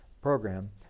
Program